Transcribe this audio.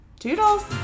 Toodles